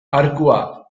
arkua